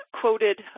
quoted